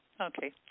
Okay